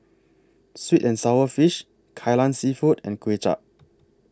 Sweet and Sour Fish Kai Lan Seafood and Kuay Chap